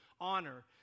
honor